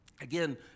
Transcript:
Again